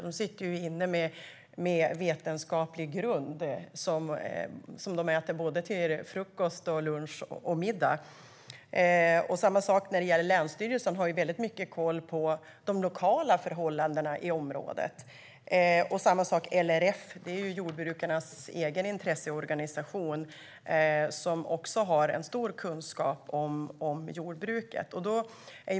De sitter inne med vetenskaplig grund som de äter till frukost, lunch och middag. Det är samma sak när det gäller länsstyrelsen, som har bra koll på de lokala förhållandena i området. Detsamma gäller LRF, som är jordbrukarnas egen intresseorganisation. De har också stor kunskap om jordbruket.